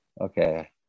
Okay